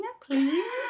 please